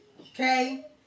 Okay